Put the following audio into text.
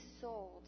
sold